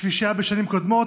כפי שהיה בשנים קודמות.